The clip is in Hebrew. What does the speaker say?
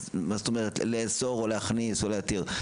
אז מה זאת אומרת לאסור להכניס או להתיר?